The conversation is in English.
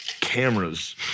cameras